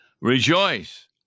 Rejoice